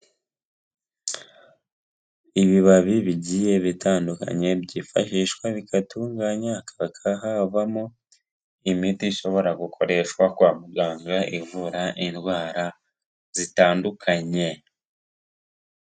Ibibabi bigiye bitandukanye byifashishwa bigatunganywa hakaba havamo imiti ishobora gukoreshwa kwa muganga ivura indwara zitandukanye.